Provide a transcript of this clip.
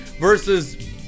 versus